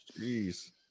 Jeez